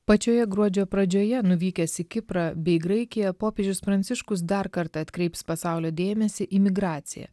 pačioje gruodžio pradžioje nuvykęs į kiprą bei graikiją popiežius pranciškus dar kartą atkreips pasaulio dėmesį į migraciją